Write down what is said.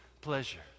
pleasure